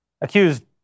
accused